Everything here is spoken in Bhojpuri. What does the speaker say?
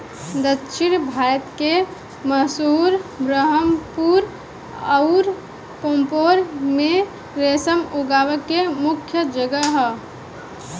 दक्षिण भारत के मैसूर, बरहामपुर अउर पांपोर में रेशम उगावे के मुख्या जगह ह